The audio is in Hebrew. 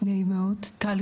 נעים מאוד, טלי